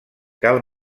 cal